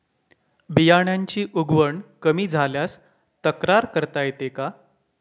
बियाण्यांची उगवण कमी झाल्यास तक्रार करता येते का?